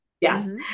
Yes